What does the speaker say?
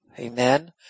Amen